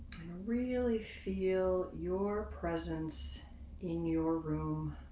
and really feel your presence in your room.